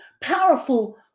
powerful